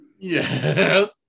Yes